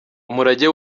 umurage